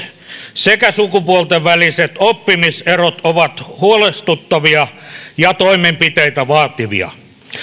sekä sukupuolten väliset oppimiserot ovat huolestuttavia ja toimenpiteitä vaativia